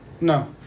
No